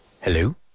Hello